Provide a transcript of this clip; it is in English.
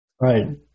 Right